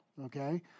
okay